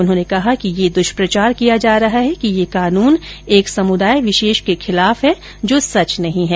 गृहमंत्री ने कहा कि यह दुष्प्रचार किया जा रहा है कि यह कानून एक समुदाय विशेष के खिलाफ है जो सच नहीं है